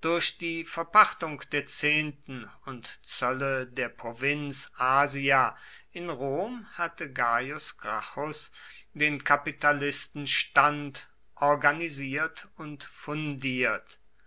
durch die verpachtung der zehnten und zölle der provinz asia in rom hatte gaius gracchus den kapitalistenstand organisiert und fundiert